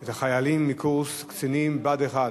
את החיילים מקורס קצינים בה"ד 1,